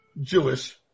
Jewish